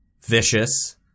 vicious